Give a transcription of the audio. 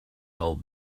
old